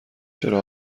چرا